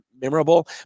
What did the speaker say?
memorable